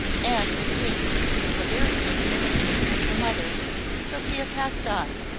and with a wink which was a very good miniature of her mother's sophia passed on,